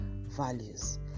values